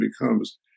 becomes